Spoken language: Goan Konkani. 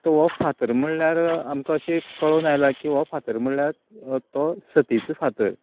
आता हो फातर म्हळ्यार आमकां अशें कळून आयलां की हो फातर म्हळ्यार तो सतीचो फातर